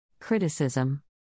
Criticism